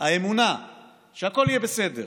האמונה שהכול יהיה בסדר,